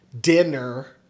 dinner